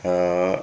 err